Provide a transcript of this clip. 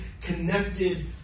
connected